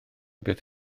beth